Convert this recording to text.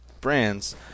brands